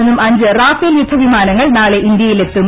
നിന്നും അഞ്ച് റാഫേൽ യുദ്ധവിമാനങ്ങൾ നാളെ ഇന്ത്യയിലെത്തും